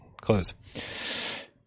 close